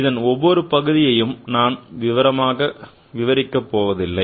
இதன் ஒவ்வொரு பகுதியையும் நான் விவரிக்கப் போவதில்லை